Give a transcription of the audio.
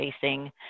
facing